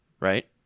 Right